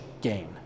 gain